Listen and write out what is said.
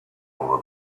over